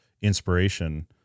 inspiration